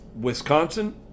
Wisconsin